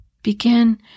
Begin